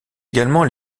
également